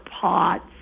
pots